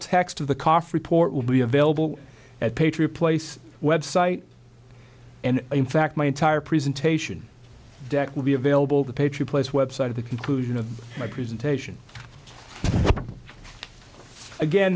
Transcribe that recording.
text of the cough report will be available at patriot place website and in fact my entire presentation deck will be available the patriot place website of the conclusion of my presentation again